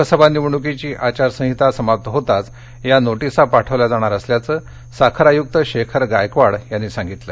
लोकसभा निवडणूकीची आचारसंहिता समाप्त होताच या नोटिसा पाठवल्या जाणार असल्याचं साखर आयुक्त शेखर गायकवाड यांनी सांगितलं